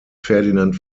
ferdinand